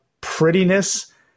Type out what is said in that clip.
prettiness